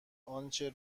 آنچه